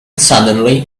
suddenly